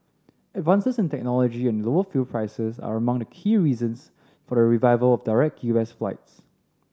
advances in technology and lower fuel prices are among the key reasons for the revival of direct U S flights